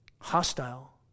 hostile